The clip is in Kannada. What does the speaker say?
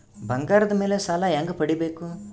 ಬಂಗಾರದ ಮೇಲೆ ಸಾಲ ಹೆಂಗ ಪಡಿಬೇಕು?